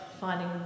finding